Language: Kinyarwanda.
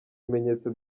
ibimenyetso